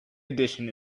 edition